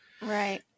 Right